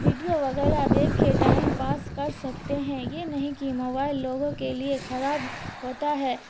video وغیرہ دیکھ کے ٹائم پاس کر سکتے ہیں یہ نہیں کہ موبائل لوگوں کے لیے خراب ہوتا ہے